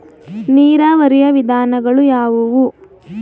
ನೀರಾವರಿಯ ವಿಧಾನಗಳು ಯಾವುವು?